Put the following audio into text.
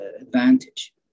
advantage